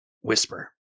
Whisper